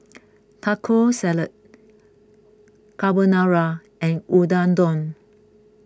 Taco Salad Carbonara and Unadon